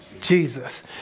Jesus